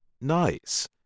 Nice